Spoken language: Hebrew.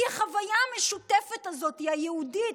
כי החוויה המשותפת הזאת, היהודית,